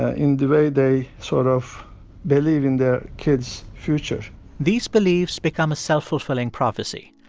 ah in the way they sort of believe in their kids' future these beliefs become a self-fulfilling prophecy.